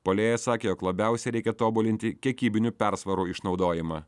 puolėjas sakė jog labiausiai reikia tobulinti kiekybinių persvarų išnaudojimą